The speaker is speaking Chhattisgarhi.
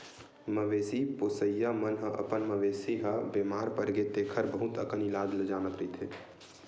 मवेशी पोसइया मन ह अपन मवेशी ह बेमार परगे तेखर बहुत अकन इलाज ल जानत रहिथे